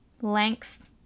length